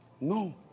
No